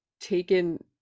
taken